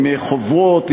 עם חוברות,